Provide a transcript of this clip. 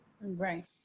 Right